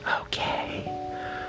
okay